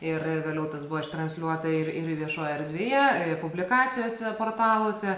ir vėliau tas buvo ištransliuota ir ir viešoje erdvėje publikacijose portaluose